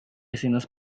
escenas